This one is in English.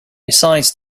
besides